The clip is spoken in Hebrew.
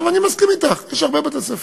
עכשיו, אני מסכים אתך, יש הרבה בתי-ספר